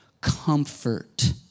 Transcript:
comfort